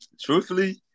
Truthfully